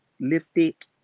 lipstick